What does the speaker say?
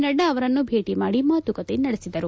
ನಡ್ಡಾ ಅವರನ್ನು ಭೇಟಿ ಮಾಡಿ ಮಾತುಕತೆ ನಡೆಸಿದರು